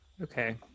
Okay